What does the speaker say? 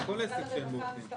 זה כל עסק שאין בו עובדים.